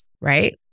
right